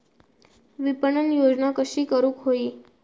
विपणन योजना कशी करुक होई?